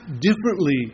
differently